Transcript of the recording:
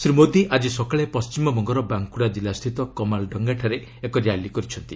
ଶ୍ରୀ ମୋଦି ଆଜି ସକାଳେ ପଣ୍ଟିମବଙ୍ଗର ବାଙ୍କୁଡ଼ା ଜିଲ୍ଲା ସ୍ଥିତ କମାଲଡଙ୍ଗାଠାରେ ଏକ ର୍ୟାଲି କରିଛନ୍ତି